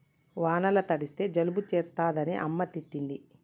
వానల తడిస్తే జలుబు చేస్తదని అమ్మ తిట్టింది